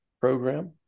program